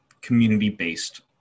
community-based